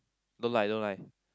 don't lie don't lie